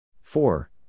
four